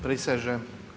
Prisežem.